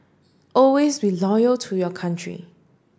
always be loyal to your country